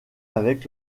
avec